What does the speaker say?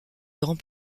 grand